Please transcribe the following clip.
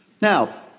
Now